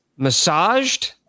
massaged